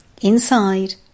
Inside